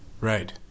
right